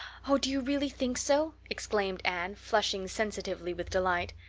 oh, do you really think so? exclaimed anne, flushing sensitively with delight.